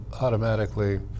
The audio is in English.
automatically